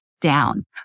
down